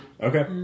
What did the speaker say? Okay